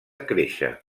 créixer